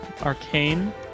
arcane